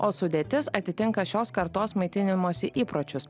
o sudėtis atitinka šios kartos maitinimosi įpročius